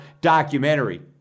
documentary